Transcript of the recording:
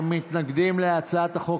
מתנגדים להצעת החוק.